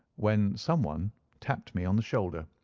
when some one tapped me on the shoulder,